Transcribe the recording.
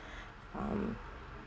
um